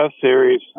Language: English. series